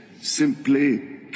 simply